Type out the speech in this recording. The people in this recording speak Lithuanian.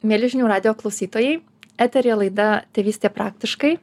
mieli žinių radijo klausytojai eteryje laida tėvystė praktiškai